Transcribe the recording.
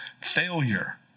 failure